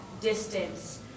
distance